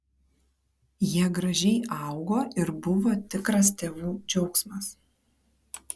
jie gražiai augo ir buvo tikras tėvų džiaugsmas